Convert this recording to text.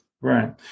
Right